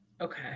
Okay